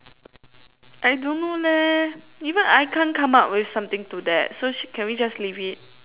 I don't know leh even I can't come up with something to that so s~ can we just leave it